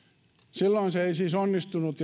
silloin se ei siis onnistunut